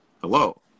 hello